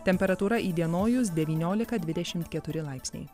temperatūra įdienojus devyniolika dvidešimt keturi laipsniai